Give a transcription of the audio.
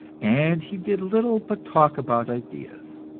and he did little but talk about ideas.